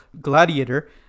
gladiator